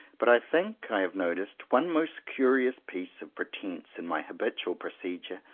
but i think i have noticed one most curious piece of pretence in my habitual procedure,